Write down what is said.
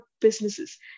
businesses